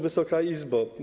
Wysoka Izbo!